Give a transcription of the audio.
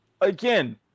Again